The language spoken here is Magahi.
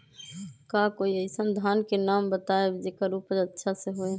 का कोई अइसन धान के नाम बताएब जेकर उपज अच्छा से होय?